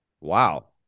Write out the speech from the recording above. wow